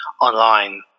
online